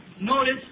notice